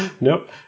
Nope